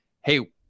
hey